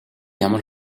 ямар